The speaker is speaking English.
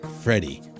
Freddie